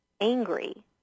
angry